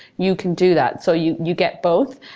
you can do that. so you you get both.